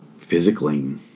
physically